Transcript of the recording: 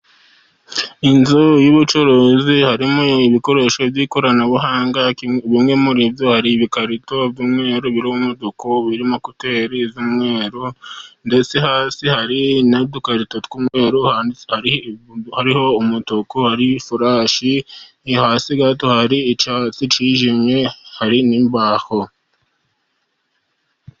Inzu y'ubucuruzi harimo ibikoresho by'ikoranabuhanga, bimwe muri byo hari ibikarito by'umweru biriho umutuku birimo ekuteri z'umweru, ndetse hasi hari n'udukarito tw'umweru hariho umutuku, hari furashi hasi gato, hari icyatsi cyijimye hari n'imbaho.